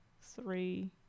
three